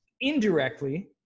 indirectly